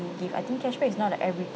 give I think cashback is not like every